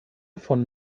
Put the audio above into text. von